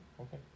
Okay